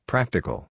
Practical